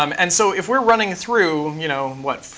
um and so if we're running through, you know what,